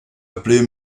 appeler